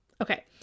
Okay